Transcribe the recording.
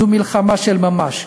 זו מלחמה של ממש.